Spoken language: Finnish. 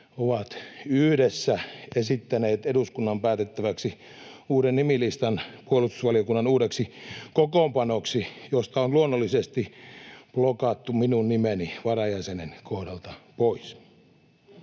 ovat yhdessä esittäneet eduskunnan päätettäväksi uuden nimilistan puolustusvaliokunnan uudeksi kokoonpanoksi, josta on luonnollisesti blokattu minun nimeni varajäsenen kohdalta pois.